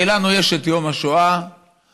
הרי לנו יש את יום השואה בניסן,